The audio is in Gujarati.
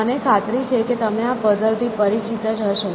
મને ખાતરી છે કે તમે આ પઝલ થી પરિચિત જ હશો